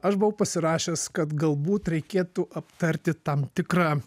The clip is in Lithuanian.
aš buvau pasirašęs kad galbūt reikėtų aptarti tam tikrą